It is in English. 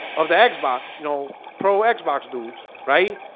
of the xbox, you know pro and xbox dude, right?